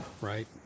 Right